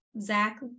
Zach